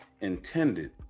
intended